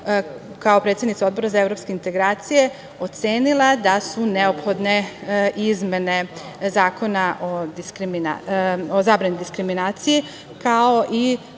kao predsednica Odbora za evropske integracije, ocenila da su neophodne izmene Zakona o zabrani diskriminacije, kao i